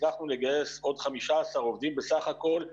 הצלחנו לגייס עוד 15 עובדים בסך הכול,